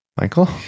Michael